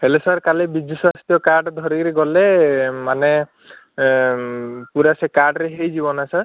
ହେଲେ ସାର୍ କାଲି ବିଜୁ ସ୍ୱାସ୍ଥ୍ୟ କାର୍ଡ଼ ଧରିକିରି ଗଲେ ମାନେ ଏ ପୂରା ସେ କାର୍ଡ଼ରେ ହେଇଯିବ ନା ସାର୍